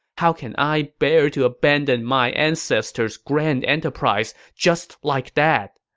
how can i bear to abandon my ancestors' grand enterprise just like that?